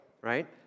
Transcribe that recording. right